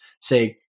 say